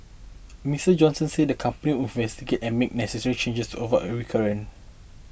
Mister Johnson said the company would investigate and make necessary changes to avoid a recurrence